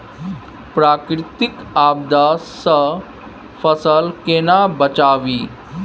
प्राकृतिक आपदा सं फसल केना बचावी?